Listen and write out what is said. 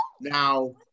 Now